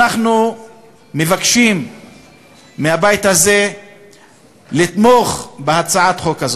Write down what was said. אנחנו מבקשים מהבית הזה לתמוך בהצעת החוק הזאת.